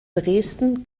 dresden